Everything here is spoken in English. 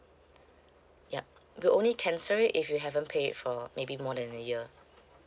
yup we'll only cancel if you haven't paid for maybe more than a year